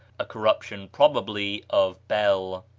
a corruption, probably, of bel.